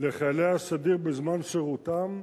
לחיילי הסדיר בזמן שירותם,